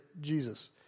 Jesus